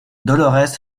dolorès